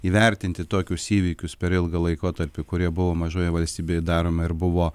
įvertinti tokius įvykius per ilgą laikotarpį kurie buvo mažoje valstybėje daromi ir buvo